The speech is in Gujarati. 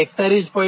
06 41